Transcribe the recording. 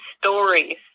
stories